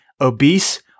obese